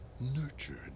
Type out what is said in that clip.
nurtured